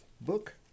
book